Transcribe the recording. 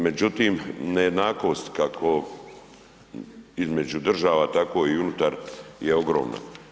Međutim, nejednakost kako između država tako i unutar je ogromna.